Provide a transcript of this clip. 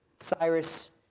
Cyrus